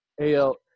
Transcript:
AL